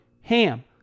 HAM